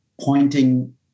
pointing